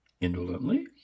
indolently